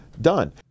done